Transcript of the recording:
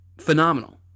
Phenomenal